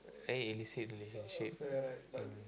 eh illicit relationship